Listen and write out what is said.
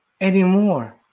anymore